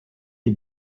des